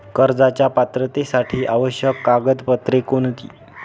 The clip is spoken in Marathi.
कर्जाच्या पात्रतेसाठी आवश्यक कागदपत्रे कोणती?